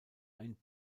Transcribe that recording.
ein